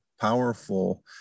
powerful